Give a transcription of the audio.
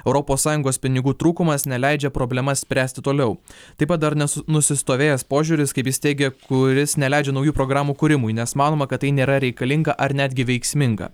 europos sąjungos pinigų trūkumas neleidžia problemas spręsti toliau taip pat dar nusistovėjęs požiūris kaip jis teigia kuris neleidžia naujų programų kūrimui nes manoma kad tai nėra reikalinga ar netgi veiksminga